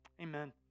Amen